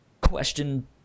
question